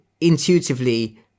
intuitively